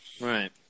Right